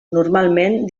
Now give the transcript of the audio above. normalment